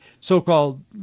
so-called